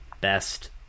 best